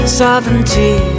sovereignty